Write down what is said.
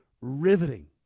riveting